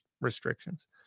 restrictions